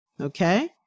Okay